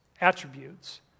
attributes